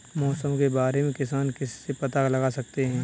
मौसम के बारे में किसान किससे पता लगा सकते हैं?